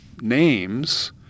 names